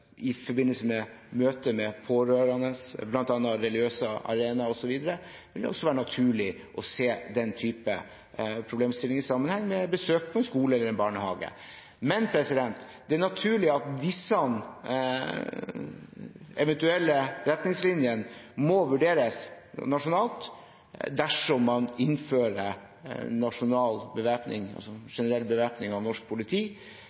vil også være naturlig å se på den typen problemstillinger i sammenheng med besøk på en skole eller en barnehage. Men det er naturlig at disse eventuelle retningslinjene må vurderes nasjonalt dersom man innfører generell bevæpning av norsk politi.